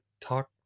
talk